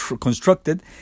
constructed